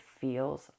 feels